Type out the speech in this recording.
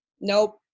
Nope